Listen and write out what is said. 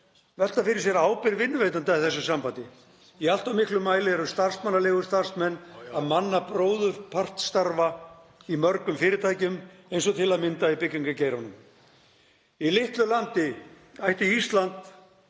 velta fyrir sér ábyrgð vinnuveitenda í þessu sambandi. Í allt of miklum mæli eru starfsmannaleigustarfsmenn að manna bróðurpart starfa í mörgum fyrirtækjum eins og til að mynda í byggingargeiranum. Í litlu landi eins og Íslandi